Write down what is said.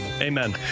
amen